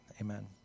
amen